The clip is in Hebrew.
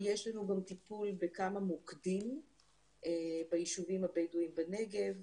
יש לנו גם טיפול בכמה מורכבים ביישובים הבדואים בנגב,